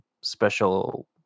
special